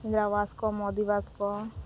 ᱤᱱᱫᱨᱟᱵᱟᱥ ᱠᱚ ᱢᱳᱫᱤ ᱟᱵᱟᱥ ᱠᱚ